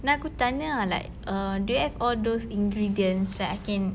then aku tanya ah like err do you have all those ingredients that I can